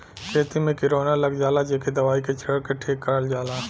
खेती में किरौना लग जाला जेके दवाई के छिरक के ठीक करल जाला